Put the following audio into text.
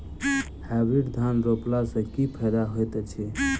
Hybrid धान रोपला सँ की फायदा होइत अछि?